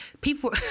People